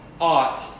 ought